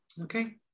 Okay